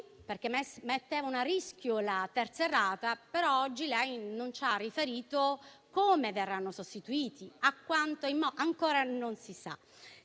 perché mettevano a rischio la terza rata; però oggi lei non ci ha riferito come verranno sostituiti (ancora non si sa).